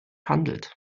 handelt